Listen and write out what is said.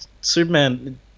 superman